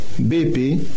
BP